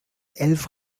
elf